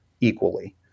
equally